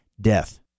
death